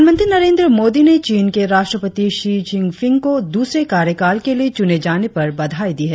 प्रधानमंत्री नरेंद्र मोदी ने चीन के राष्ट्रपति षी चिन फिंग को दूसरे कार्यकाल के लिए चुने जाने पर बधाई दी है